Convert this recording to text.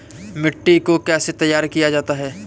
मिट्टी को कैसे तैयार किया जाता है?